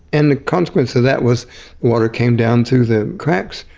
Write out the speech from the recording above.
and the consequence of that was water came down through the cracks,